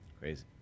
Crazy